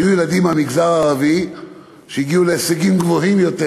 היו ילדים מהמגזר הערבי שהגיעו להישגים גבוהים יותר,